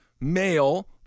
male